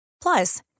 Plus